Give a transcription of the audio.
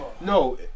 No